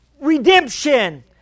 redemption